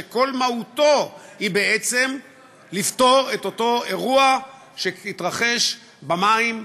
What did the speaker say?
שכל מהותו היא בעצם לפתור את אותו אירוע שהתרחש במים,